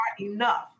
enough